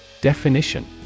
Definition